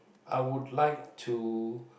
I would like to